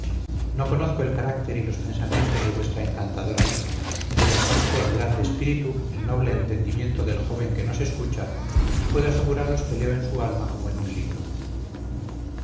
no conozco el carácter y los pensamientos de vuestra encantadora hija pero conozco el grande espíritu el noble entendimiento del joven que nos escucha y puedo aseguraros que leo en su alma como en un libro